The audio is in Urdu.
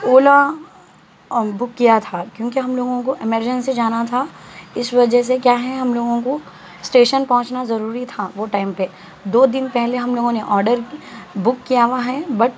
اولا بک کیا تھا کیونکہ ہم لوگوں کو ایمرجنسی جانا تھا اس وجہ سے کیا ہے ہم لوگوں کو اسٹیشن پہنچنا ضروری تھا وہ ٹائم پہ دو دن پہلے ہم لوگوں نے آڈر بک کیا ہوا ہے بٹ